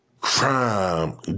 crime